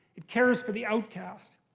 it cares for the outcast.